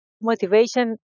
motivation